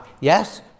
Yes